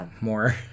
more